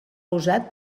usat